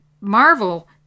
marvel